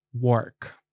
work